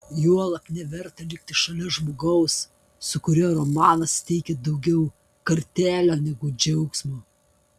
juolab neverta likti šalia žmogaus su kuriuo romanas teikia daugiau kartėlio negu džiaugsmo